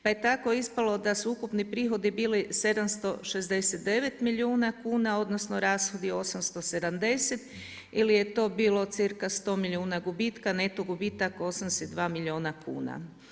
Pa je tako ispalo da su ukupni prihodi bili 769 milijuna kuna odnosno rashodi 870 ili je to bilo cca 100 milijuna gubitka, neto gubitak iznosi 2 milijuna kuna.